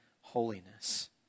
holiness